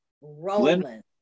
rolling